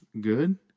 good